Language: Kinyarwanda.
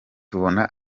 tubona